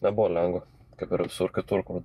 nebuvo lengva kaip ir visur kitur kur